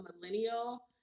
millennial